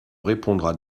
répondra